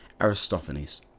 Aristophanes